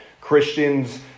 Christians